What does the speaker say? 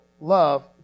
love